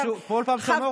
בכל פעם שהוא אמר,